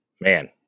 man